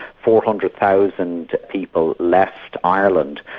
four hundred thousand people left ireland.